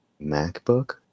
Macbook